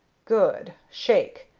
good! shake.